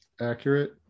accurate